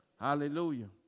Hallelujah